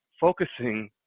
focusing